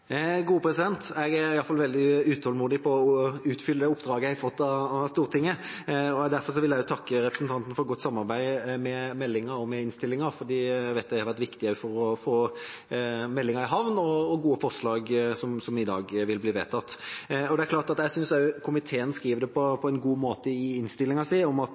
Jeg er i hvert fall veldig utålmodig etter å oppfylle oppdraget jeg har fått av Stortinget. Derfor vil jeg takke representanten for godt samarbeid om meldinga og innstillinga, for det vet jeg har vært viktig for å få meldinga i havn og for å få gode forslag som i dag vil bli vedtatt. Jeg synes også at komiteen skriver det på en god måte i innstillinga,